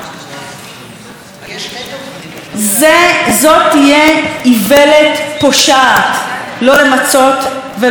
זאת תהיה איוולת פושעת לא למצות ולא לנצל את ההזדמנות הזאת.